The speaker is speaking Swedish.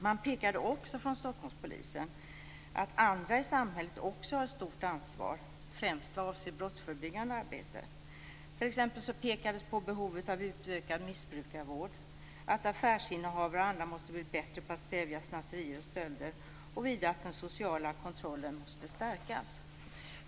Man pekade också från Stockholmspolisens sida på att andra i samhället också har ett stort ansvar, främst vad avser brottsförebyggande arbete. T.ex. pekades på behovet av utökad missbrukarvård, att affärsinnehavare och andra måste bli bättre på att stävja snatterier och stölder samt vidare att den sociala kontrollen måste stärkas.